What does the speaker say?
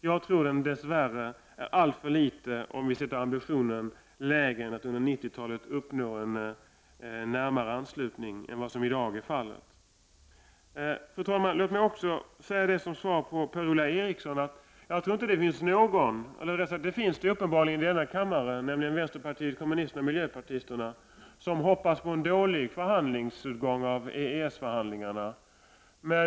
Jag tror dessvärre att ambitionen är alltför låg om vi sätter den lägre än att under 1990-talet uppnå en närmare anslutning än vad som i dag är fallet. Fru talman! Låt mig också säga som svar till Per-Ola Eriksson att jag inte tror att det finns någon utom vänsterpartiet kommunisterna och miljöpartisterna som hoppas på en dålig förhandlingsutgång av EES-förhandlingarna.